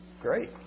Great